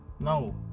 No